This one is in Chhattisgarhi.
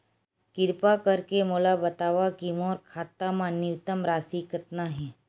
किरपा करके मोला बतावव कि मोर खाता मा न्यूनतम राशि कतना हे